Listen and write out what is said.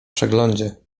przeglądzie